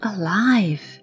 alive